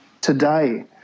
today